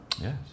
Yes